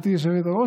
גברתי היושבת-ראש,